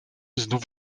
znów